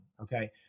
Okay